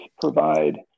provide